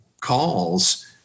calls